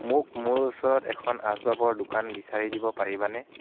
মোক মোৰ ওচৰত এখন আচবাবৰ দোকান বিচাৰি দিব পাৰিবানে